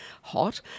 hot